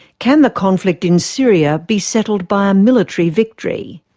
can the conflict in syria be settled by a military victory?